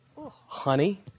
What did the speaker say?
honey